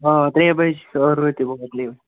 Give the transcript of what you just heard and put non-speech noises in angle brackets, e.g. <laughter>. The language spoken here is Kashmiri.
آ تریٚیہِ بجہِ <unintelligible>